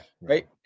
Right